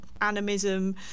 animism